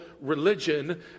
religion